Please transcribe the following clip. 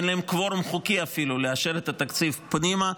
אין להם אפילו קוורום חוקי לאשר את התקציב פנימה,